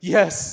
Yes